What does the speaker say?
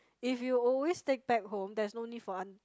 if you always take back home there's no need for aunt